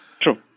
True